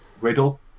Riddle